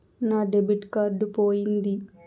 నా debit card పోయింది